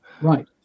Right